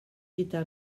gyda